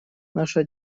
наша